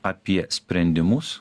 apie sprendimus